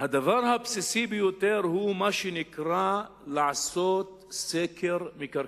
הדבר הבסיסי ביותר הוא מה שנקרא לעשות סקר מקרקעין.